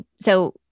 So-